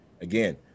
Again